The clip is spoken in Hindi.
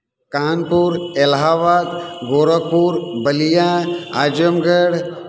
कानपुर इलाहाबाद गोरखपुर बलिया आजमगढ़